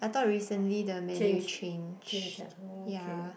I thought recently the menu changed ya